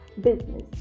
Business